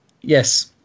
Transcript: Yes